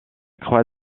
croix